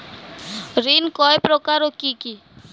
ঋণ কয় প্রকার ও কি কি?